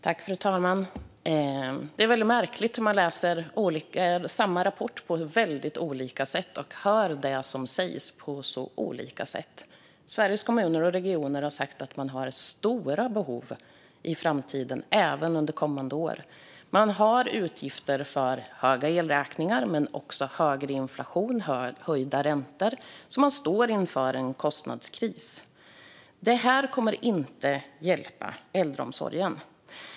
Fru talman! Det är märkligt hur man kan läsa samma rapport på så olika sätt och höra det som sägs på så olika sätt. Sveriges kommuner och regioner har sagt att man har stora behov i framtiden, även under kommande år. Man har utgifter för höga elräkningar men också för högre inflation och höjda räntor, så man står inför en kostnadskris. Det här kommer inte att hjälpa äldreomsorgen.